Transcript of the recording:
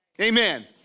Amen